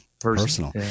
Personal